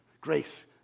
grace